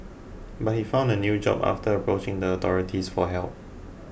but he found a new job after approaching the authorities for help